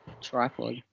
tripod